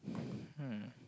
hmm